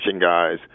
guys